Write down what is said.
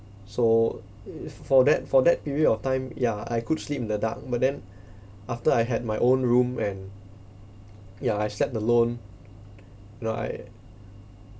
so for that for that period of time yeah I could sleep in the dark but then after I had my own room and yeah I slept alone know I